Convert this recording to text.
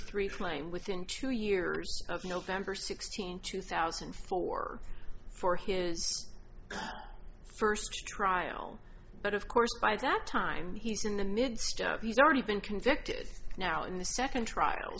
claim within two years of nov sixteenth two thousand and four for his first trial but of course by that time he's in the midst of he's already been convicted now in the second trial